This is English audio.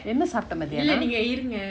என்ன சாப்ட மத்தியானோ:enna saapta mathiyano